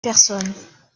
personnes